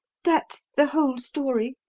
that's the whole story.